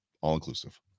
all-inclusive